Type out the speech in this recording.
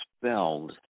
spelled